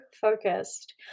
focused